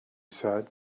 said